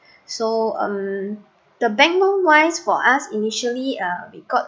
so um the bank loan wise for us initially uh we got